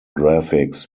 graphics